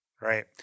Right